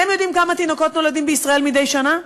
אתם יודעים כמה תינוקות נולדים בישראל מדי שנה?